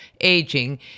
Aging